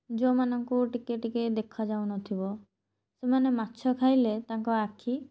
ଯେଉଁମାନଙ୍କୁ ଟିକିଏ ଟିକିଏ ଦେଖାଯାଉନଥିବ ସେମାନେ ମାଛ ଖାଇଲେ ତାଙ୍କ ଆଖି